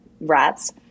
rats